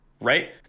right